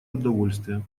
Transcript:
удовольствие